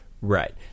Right